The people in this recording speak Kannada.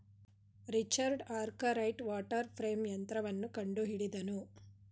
ರಿಚರ್ಡ್ ಅರ್ಕರೈಟ್ ವಾಟರ್ ಫ್ರೇಂ ಯಂತ್ರವನ್ನು ಕಂಡುಹಿಡಿದನು